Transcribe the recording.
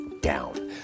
down